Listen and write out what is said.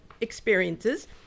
experiences